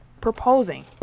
proposing